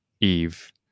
Eve